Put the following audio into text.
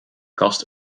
kast